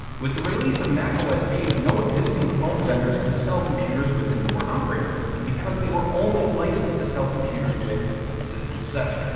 with the release of mac os eight no existing clone vendors could sell computers with the newer operating system because they were only licensed to sell computers with system seven.